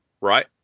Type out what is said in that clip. right